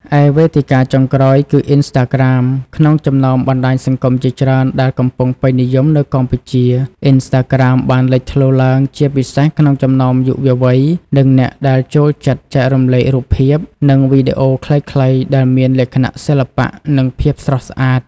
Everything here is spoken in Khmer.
ឯវេទិកា ចុងក្រោយគឺ អ៊ីនស្តាក្រាម ក្នុងចំណោមបណ្ដាញសង្គមជាច្រើនដែលកំពុងពេញនិយមនៅកម្ពុជា អុីនស្តាក្រាម បានលេចធ្លោឡើងជាពិសេសក្នុងចំណោមយុវវ័យ និងអ្នកដែលចូលចិត្តចែករំលែករូបភាព និងវីដេអូខ្លីៗដែលមានលក្ខណៈសិល្បៈ និងភាពស្រស់ស្អាត។